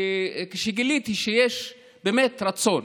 אדוני השר, כשגיליתי שיש באמת רצון